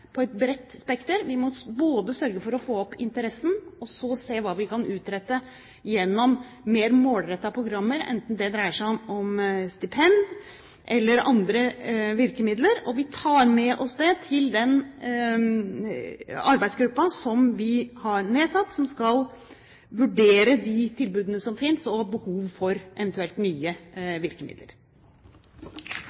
på et bredt spekter. Vi må sørge for å få opp interessen og så se på hva vi kan utrette gjennom mer målrettede programmer, enten det dreier seg om stipend eller det dreier seg om andre virkemidler. Vi tar med oss det til den arbeidsgruppen som vi har nedsatt, som skal vurdere de tilbudene som finnes, og eventuelt behov for nye